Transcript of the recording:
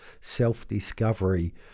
self-discovery